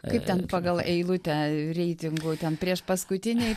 kaip ten pagal eilutę reitingų ten priešpaskutiniai